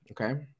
okay